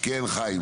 כן, חיים.